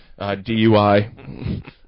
DUI